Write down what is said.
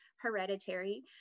hereditary